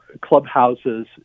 clubhouses